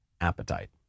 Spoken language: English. appetite